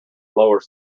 lowers